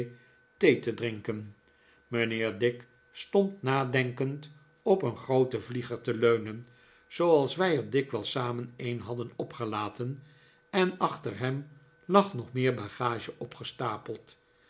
thee te drinken mijnheer dick stond nadenkend op een grooten vlieger te leunen zooals wij er dikwijls samen een hadden opgelaten en achter hem lag no meer bagage opgestapeld